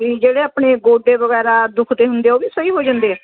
ਜਿਹੜੇ ਆਪਣੇ ਗੋਡੇ ਵਗੈਰਾ ਦੁੱਖਦੇ ਹੁੰਦੇ ਉਹ ਵੀ ਸਹੀ ਹੋ ਜਾਂਦੇ ਆ